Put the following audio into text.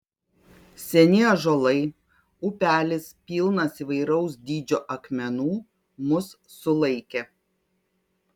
seni ąžuolai upelis pilnas įvairaus dydžio akmenų mus sulaikė